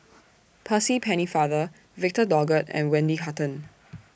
Percy Pennefather Victor Doggett and Wendy Hutton